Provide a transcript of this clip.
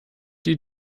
die